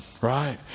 right